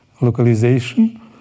localization